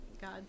God